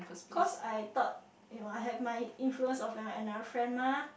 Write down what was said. cause I thought you know I have my influence of my another friend mah